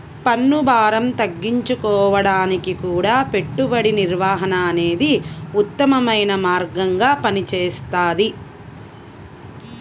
పన్నుభారం తగ్గించుకోడానికి గూడా పెట్టుబడి నిర్వహణ అనేదే ఉత్తమమైన మార్గంగా పనిచేస్తది